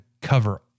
cover